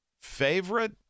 Favorite